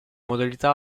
modalità